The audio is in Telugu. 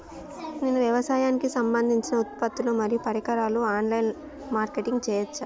నేను వ్యవసాయానికి సంబంధించిన ఉత్పత్తులు మరియు పరికరాలు ఆన్ లైన్ మార్కెటింగ్ చేయచ్చా?